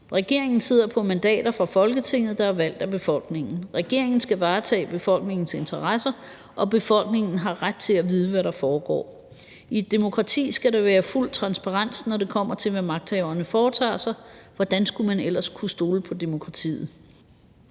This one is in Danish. Regeringen sidder på mandater fra Folketinget, der er valgt af befolkningen. Regeringen skal varetage befolkningens interesser, og befolkningen har ret til at vide, hvad der foregår. I et demokrati skal der være fuld transparens, når det kommer til, hvad magthaverne foretager sig. Hvordan skulle man ellers kunne stole på demokratiet?